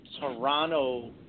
Toronto